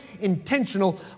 intentional